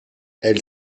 elle